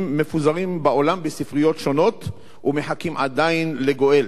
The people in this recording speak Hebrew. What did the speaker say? מפוזרים בעולם בספריות שונות ומחכים לגואל.